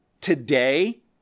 today